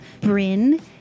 Bryn